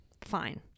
Fine